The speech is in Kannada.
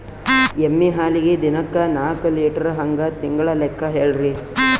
ಎಮ್ಮಿ ಹಾಲಿಗಿ ದಿನಕ್ಕ ನಾಕ ಲೀಟರ್ ಹಂಗ ತಿಂಗಳ ಲೆಕ್ಕ ಹೇಳ್ರಿ?